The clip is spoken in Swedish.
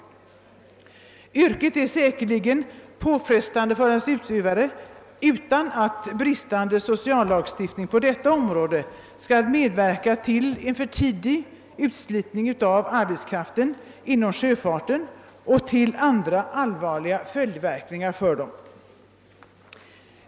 Yrket är tillräckligt påfrestande för dess utövare ändå, utan att en bristfällig sociallagstiftning på området skall medverka till en för tidig utslitning av arbetskraften inom sjöfarten och till andra allvarliga följdverkningar.